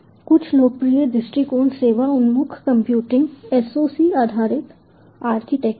कुछ लोकप्रिय दृष्टिकोण सेवा उन्मुख कंप्यूटिंग SOC आधारित आर्किटेक्चर हैं